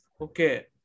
Okay